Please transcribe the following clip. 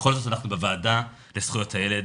בכל זאת אנחנו בוועדה לזכויות הילד